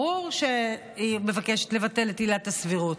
ברור שהיא מבקשת לבטל את עילת הסבירות.